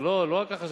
זה לא רק החשב.